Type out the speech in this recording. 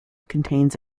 contains